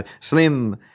Slim